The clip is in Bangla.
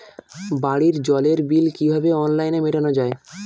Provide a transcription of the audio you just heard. বাড়ির জলের বিল কিভাবে অনলাইনে মেটানো যায়?